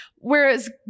Whereas